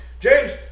James